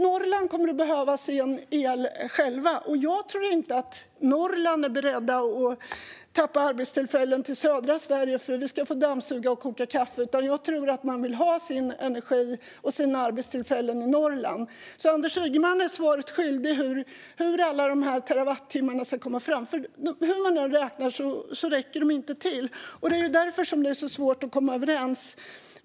Norrland kommer att behöva sin el själv, och jag tror inte att man i Norrland är beredd att tappa arbetstillfällen till södra Sverige för att vi ska få dammsuga och koka kaffe. Jag tror att man i stället vill ha sin energi och sina arbetstillfällen i Norrland. Anders Ygeman är alltså svaret skyldig gällande hur alla dessa terawattimmar ska komma fram, för hur man än räknar räcker de inte till. Det är därför det är så svårt att komma överens.